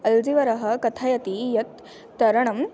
अल्ज़िवरः कथयति यत् तरणं